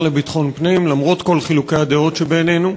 יש לי הערכה רבה לשר לביטחון פנים למרות כל חילוקי הדעות שבינינו,